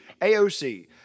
AOC